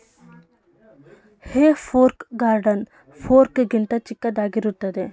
ಹೇ fork garden fork ಗಿಂತ ಚಿಕ್ಕದಾಗಿರುತ್ತದೆ